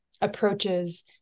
approaches